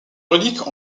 reliques